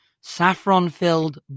saffron-filled